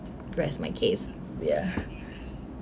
rest my case ya